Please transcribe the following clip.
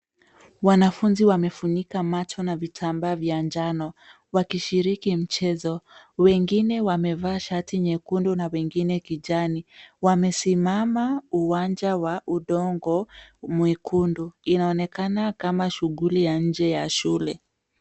Wanafunzi wamefunika macho na vitambaa vya njano wakishiriki mchezo. Wengine wamevaa shati nyekundu na wengine kijani. Wamesimama uwanja wa udongo mwekundu. Inaonekana kama shughuli ya nje ya shule.